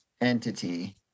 entity